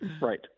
Right